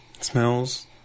Smells